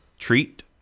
Treat